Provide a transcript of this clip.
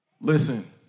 Listen